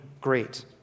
great